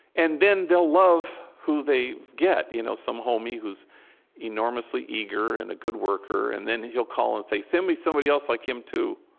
and then they'll love who they get, you know some homie who's enormously eager and a good worker. and then he'll call and say, send me somebody else like him too.